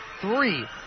three